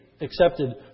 accepted